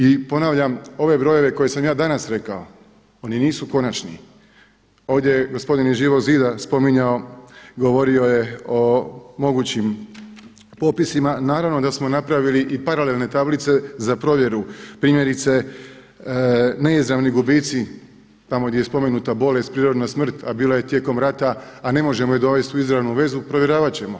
I ponavljam, ove brojeve koje sam ja danas rekao oni nisu konačni, ovdje je gospodin iz Živog zida spominjao i govorio je o mogućim popisima, naravno da smo napravili i paralelne tablice za provjeru primjerice neizravnih gubici tamo gdje je spomenuta bolest, prirodna smrt a bila je tijekom rata a ne možemo je dovesti u izravnu vezu provjeravat ćemo.